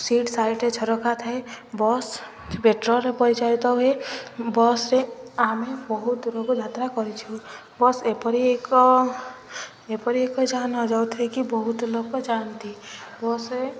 seat ସାଇଡ଼ରେ ଝରକା ଥାଏ ବସ୍ ପେଟ୍ରୋଲରେ ପରିଚାଳିତ ହୁଏ ବସ୍ରେ ଆମେ ବହୁତ ଲୋକ ଯାତ୍ରା କରିଛୁ ବସ୍ ଏପରି ଏକ ଏପରି ଏକ ଯାନ ଯୋଉଥିରେ କିି ବହୁତ ଲୋକ ଯାଆନ୍ତି ବସରେ